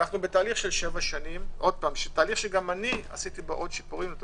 אנו בתהליך של שבע שנים שגם אני עשיתי בו שיפורים נוספים